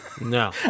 No